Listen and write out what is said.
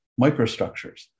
microstructures